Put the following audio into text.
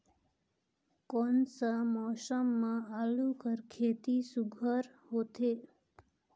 कोन सा मौसम म आलू कर खेती सुघ्घर होथे?